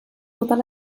totes